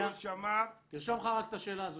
אליה, תרשום לך רק את השאלה הזו.